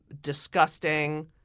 disgusting